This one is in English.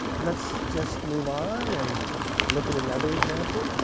let's just move on and look at another example.